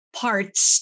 parts